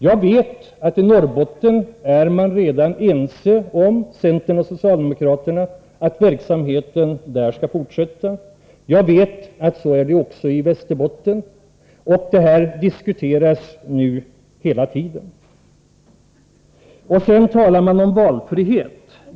Jag vet att centern och socialdemokraterna i Norrbotten redan är ense om att verksamheten där skall fortsätta, jag vet att det är så också i Västerbotten, och det här diskuteras nu hela tiden. Sedan talar man om valfrihet.